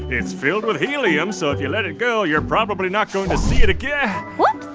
it's filled with helium, so if you let it go, you're probably not going to see it again. whoops,